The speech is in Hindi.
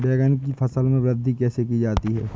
बैंगन की फसल में वृद्धि कैसे की जाती है?